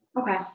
Okay